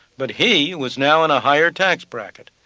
but he was now in a higher tax bracket,